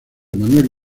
manuel